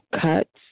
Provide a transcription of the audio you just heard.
cuts